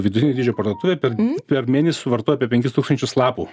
vidutinio dydžio parduotuvė per per mėnesį suvartoja apie penkis tūkstančius lapų